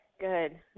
good